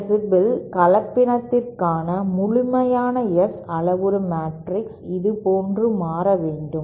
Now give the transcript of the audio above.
3 dB கலப்பினத்திற்கான முழுமையான S அளவுரு மேட்ரிக்ஸ் இதுபோன்று மாற வேண்டும்